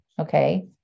okay